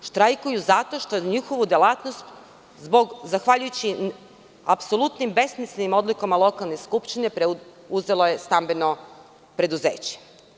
Oni štrajkuju zato što je njihovu delatnost, zahvaljujući apsolutno besmislenim odlukama lokalne skupštine preuzelo stambeno preduzeće.